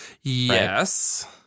Yes